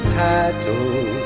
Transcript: title